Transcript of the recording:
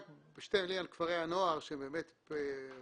רק בשתי מילים על כפרי הנוער שבאמת הם פנינה